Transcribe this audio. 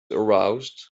aroused